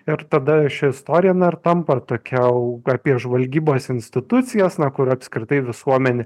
ir tada ši istorija na ir tampa ir tokia jau apie žvalgybos institucijas na kur apskritai visuomenė